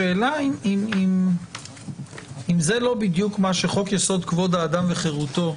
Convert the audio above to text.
השאלה אם זה לא בדיוק מה שחוק-יסוד: כבוד האדם וחירותו,